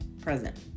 present